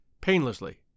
painlessly